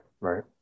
right